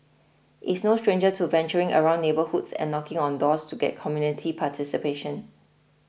is no stranger to venturing around neighbourhoods and knocking on doors to get community participation